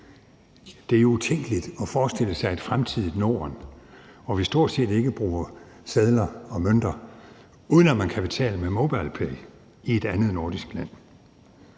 Det er utænkeligt at forestille sig et fremtidigt Norden, hvor vi stort set ikke bruger sedler og mønter, uden at man kan betale med MobilePay i et andet nordisk land.